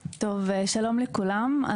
טוב, שלום לכולם.